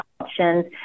options